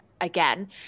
again